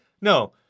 No